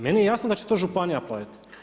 Meni je jasno da će to županija platit.